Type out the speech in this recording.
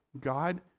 God